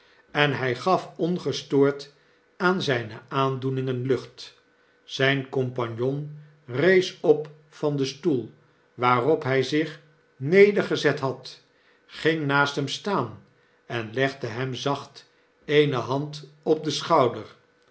en hij gaf ongestoord aan zgne aandoeningen lucht zgn compagnon rees op van den stoel waarop hij zich nedergezet had ging naast hem staan en legde hem zacht eene hand op den schouder